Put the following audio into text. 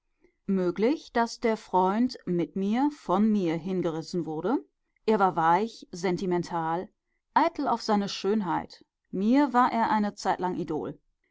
möglich daß der freund mit mir von mir hingerissen wurde er war weich sentimental eitel auf seine schönheit mir war er eine zeitlang